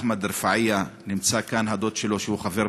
אחמד רפאיעה.